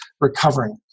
recovering